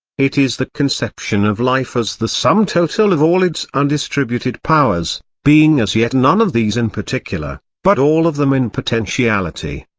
it is the conception of life as the sum-total of all its undistributed powers, being as yet none of these in particular, but all of them in potentiality.